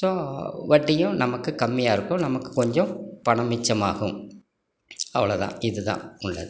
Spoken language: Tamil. ஸோ வட்டியும் நமக்கு கம்மியாக இருக்கும் நமக்கு கொஞ்சம் பணம் மிச்சமாகும் அவ்வளோதான் இதுதான் உள்ளது